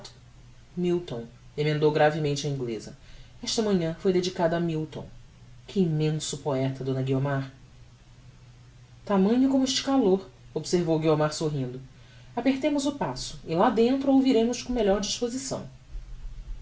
milton emendou gravemente a ingleza esta manhã foi dedicada a milton que immenso poeta d guiomar tamanho como este calor observou guiomar sorrindo apertemos o passo e lá dentro a ouviremos com melhor disposição